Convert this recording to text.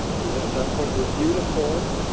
um that that point review the form.